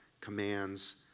commands